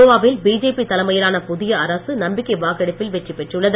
கோவாவில் பிஜேபி தலைமையிலான புதிய அரசு நம்பிக்கை வாக்கெடுப்பில் வெற்றிபெற்றுள்ளது